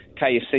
KFC